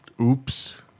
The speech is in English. Oops